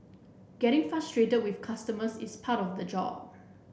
getting frustrated with customers is part of the job